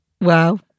Wow